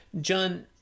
John